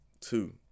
Two